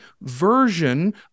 version